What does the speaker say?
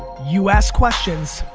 you ask questions,